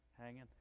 hanging